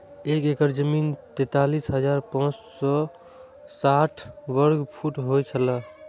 एक एकड़ जमीन तैंतालीस हजार पांच सौ साठ वर्ग फुट होय छला